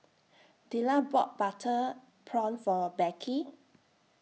Della bought Butter Prawn For Beckie